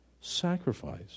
sacrifice